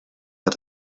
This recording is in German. hat